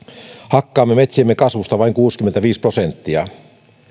hakkaamme metsiemme kasvusta vain noin kuusikymmentäviisi prosenttia